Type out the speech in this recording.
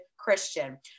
Christian